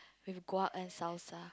with guac and salsa